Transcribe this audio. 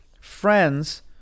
friends